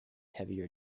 heavier